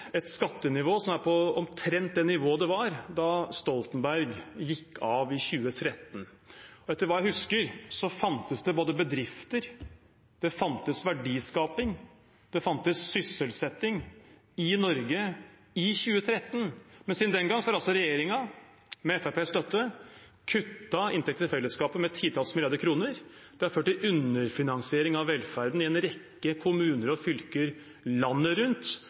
et skattenivå som er omtrent på det nivået det var da Stoltenberg gikk av i 2013. Etter hva jeg husker, fantes det både bedrifter, verdiskaping og sysselsetting i Norge i 2013, men siden den gang har regjeringen, med Fremskrittspartiets støtte, kuttet inntektene til fellesskapet med titalls milliarder kroner, og det har ført til underfinansiering av velferden i en rekke kommuner og fylker landet rundt.